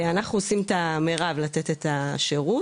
אנחנו עושים את המירב לתת את השירות.